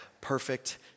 perfect